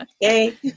yay